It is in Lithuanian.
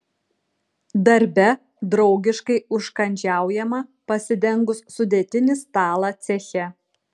darbe draugiškai užkandžiaujama pasidengus sudėtinį stalą ceche